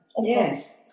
Yes